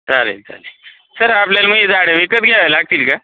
चालेल चालेल सर आपल्याला मग ही झाडं विकत घ्यावे लागतील का